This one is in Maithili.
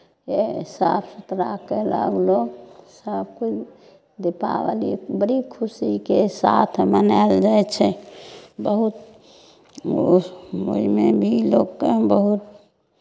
साफ सुथरा कयलक लोक सभकोइ दीपावली बड़ी खुशीके साथ मनायल जाइ छै बहुत ओहिमे भी लोकके बहुत